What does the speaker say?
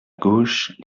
gauche